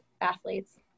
athletes